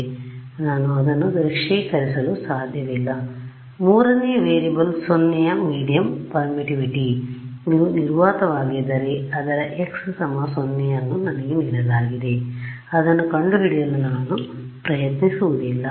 ಆದ್ದರಿಂದ ನಾನು ಅದನ್ನು ದೃಶ್ಯೀಕರಿಸಲು ಸಾಧ್ಯವಿಲ್ಲ ಮೂರನೇ ವೇರಿಯಬಲ್ 0 ಯ ಮೀಡಿಯಂ ಪರ್ಮಿಟಿವಿಟಿ ಇದು ನಿರ್ವಾತವಾಗಿದ್ದರೆ ಅದರ x 0 ಅನ್ನು ನನಗೆ ನೀಡಲಾಗಿದೆ ಅದನ್ನು ಕಂಡುಹಿಡಿಯಲು ನಾನು ಪ್ರಯತ್ನಿಸುವುದಿಲ್ಲ